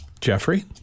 Jeffrey